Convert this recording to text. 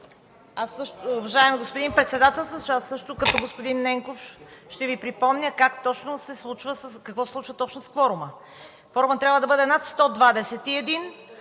Уважаеми господин Председател, също като господин Ненков ще Ви припомня какво се случва точно с кворума? Кворумът трябва да бъде над 121,